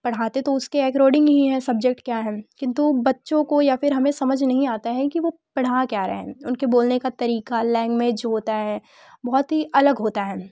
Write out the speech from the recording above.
पढ़ाते तो उसके एकरोडिंग ही है सब्जेक्ट क्या है किंतु बच्चों को या फिर हमे समझ नहीं आता है कि वो पढ़ा क्या रहे हैं उनके बोलने का तरीक़ा लैंग्वेज होता है बहुत ही अलग होता है